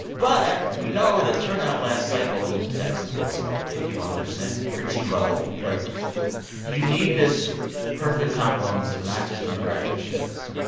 but we know that turnout last cycle in texas what was it? what? fifty one percent. pretty low right you need this perfect confluence of not just demographic shifts,